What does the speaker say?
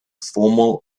formal